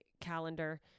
calendar